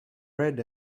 read